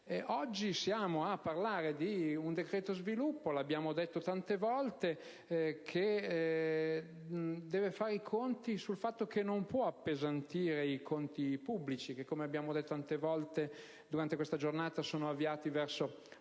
Oggi stiamo esaminando il cosiddetto decreto sviluppo, che - l'abbiamo detto tante volte - deve fare i conti con il fatto che non può appesantire i conti pubblici che, come abbiamo detto tante volte durante questa giornata, sono avviati verso